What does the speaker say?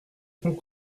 front